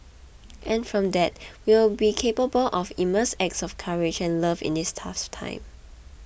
and from that we will be capable of immense acts of courage and love in this tough time